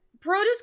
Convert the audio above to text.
produce